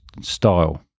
style